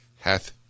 hath